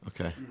Okay